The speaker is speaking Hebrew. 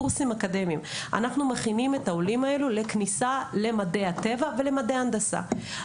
אנחנו מכינים את העולים לכניסה למדעי הטבע ולמדעי ההנדסה.